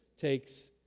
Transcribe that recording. takes